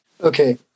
Okay